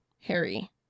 Harry